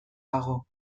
dago